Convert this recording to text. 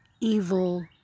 evil